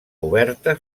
oberta